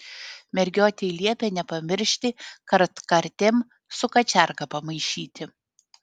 mergiotei liepia nepamiršti kartkartėm su kačiarga pamaišyti